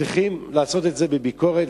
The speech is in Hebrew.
שצריכים לעשות את זה בביקורת,